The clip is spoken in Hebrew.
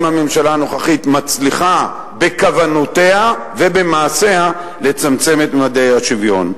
הממשלה הנוכחית מצליחה בכוונותיה ובמעשיה לצמצם את ממדי האי-שוויון,